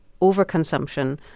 overconsumption